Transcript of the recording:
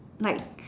like